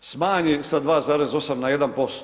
smanji sa 2,8 na 1%